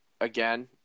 again –